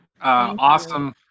awesome